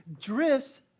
drifts